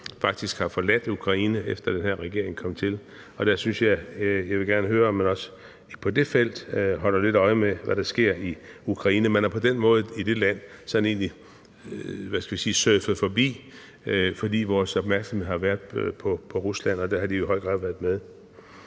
– faktisk har forladt Ukraine, efter den her regering kom til. Jeg vil gerne høre, om man også på det felt holder lidt øje med, hvad der sker i Ukraine. Man er på den måde i det land sådan egentlig, hvad skal vi sige, surfet forbi, fordi vores opmærksomhed har været på Rusland. Og der har de i høj grad været med.